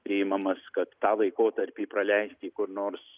priimamas kad tą laikotarpį praleisti kur nors